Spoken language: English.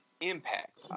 impact